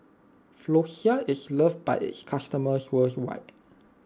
Floxia is loved by its customers worldwide